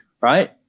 right